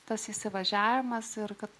tas įsivažiavimas ir kad